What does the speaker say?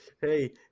Hey